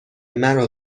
مرا